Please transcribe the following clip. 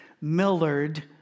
Millard